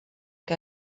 que